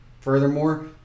Furthermore